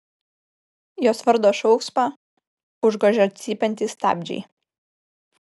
jos vardo šauksmą užgožia cypiantys stabdžiai